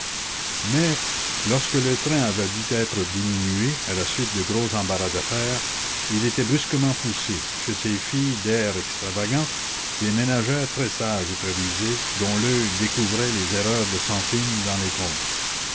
mais lorsque le train avait dû être diminué à la suite de gros embarras d'affaires il était brusquement poussé chez ces filles d'air extravagant des ménagères très sages et très rusées dont l'oeil découvrait les erreurs de centimes dans les comptes